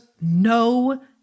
no